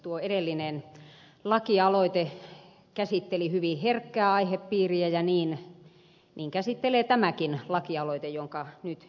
tuo edellinen lakialoite käsitteli hyvin herkkää aihepiiriä ja niin käsittelee tämäkin lakialoite jonka nyt esittelen